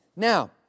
Now